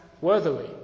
worthily